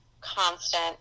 constant